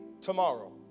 tomorrow